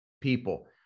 people